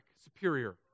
Superior